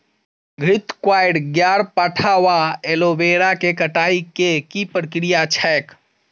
घृतक्वाइर, ग्यारपाठा वा एलोवेरा केँ कटाई केँ की प्रक्रिया छैक?